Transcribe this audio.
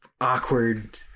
awkward